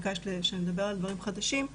ביקשת שנדבר על דברים חדשים,